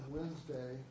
Wednesday